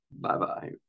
Bye-bye